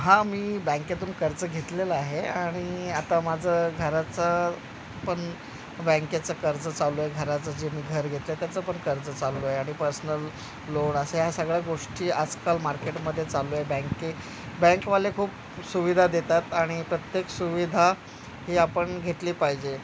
हा मी बँकेतून कर्ज घेतलेलं आहे आणि आता माझं घराचं पण बँकेचं कर्ज चालू आहे घराचं जे मी घर घेतलं आहे त्याचं पण कर्ज चालू आहे आणि पर्सनल लोण असं ह्या सगळ्या गोष्टी आजकाल मार्केटमध्ये चालू आहे बँके बँकवाले खूप सुविधा देतात आणि प्रत्येक सुविधा ही आपण घेतली पाहिजे